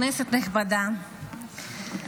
כנסת נכבדה,